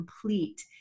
complete